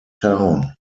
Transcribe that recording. town